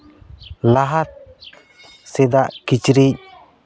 ᱞᱟᱦᱟ ᱥᱮᱱᱟᱜ ᱠᱤᱪᱨᱤᱡ